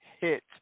hit